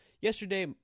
yesterday